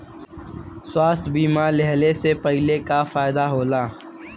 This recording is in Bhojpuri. स्वास्थ्य बीमा लेहले से का फायदा होला?